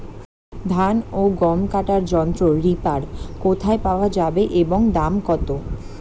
ধান ও গম কাটার যন্ত্র রিপার কোথায় পাওয়া যাবে এবং দাম কত?